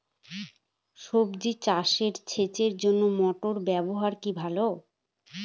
সবজি চাষে সেচের জন্য মোটর ব্যবহার কি ভালো?